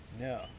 No